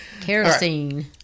Kerosene